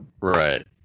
Right